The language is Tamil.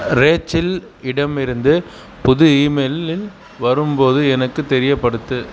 ரேச்சில் இடமிருந்து புது இமெயிலின் வரும்போது எனக்கு தெரியப்படுத்து